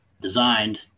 designed